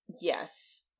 Yes